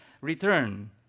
return